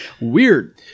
Weird